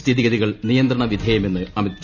സ്ഥിതിഗതികൾ നിയന്ത്രണ വിധേയമെന്ന് അമിത്ഷാ